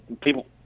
people